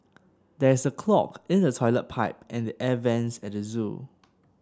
there is a clog in the toilet pipe and the air vents at the zoo